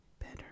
better